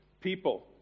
people